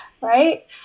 right